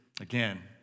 Again